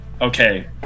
Okay